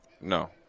No